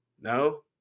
No